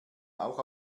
auch